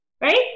Right